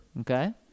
Okay